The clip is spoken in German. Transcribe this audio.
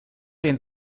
den